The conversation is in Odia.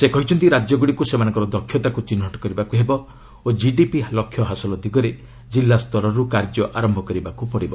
ସେ କହିଛନ୍ତି ରାଜ୍ୟଗୁଡ଼ିକୁ ସେମାନଙ୍କର ଦକ୍ଷତାକୁ ଚିହ୍ନଟ କରିବାକୁ ହେବ ଓ କିଡିପି ଲକ୍ଷ୍ୟ ହାସଲ ଦିଗରେ କିଲ୍ଲା ସ୍ତରରୁ କାର୍ଯ୍ୟ ଆରମ୍ଭ କରିବାକୁ ପଡ଼ିବ